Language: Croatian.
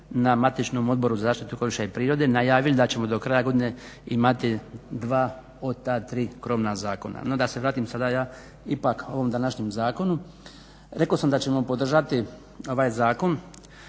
na matičnom Odboru za zaštitu okoliša i prirode najavili da ćemo do kraja godine imati dva od ta tri krovna zakona. No da se vratim sada ja ipak ovom današnjem zakonu. Rekao sam da ćemo podržati ovaj zakon